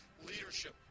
leadership